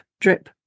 drip